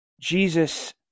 Jesus